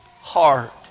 heart